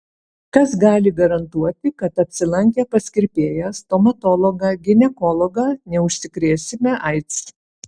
kas gali garantuoti kad apsilankę pas kirpėją stomatologą ginekologą neužsikrėsime aids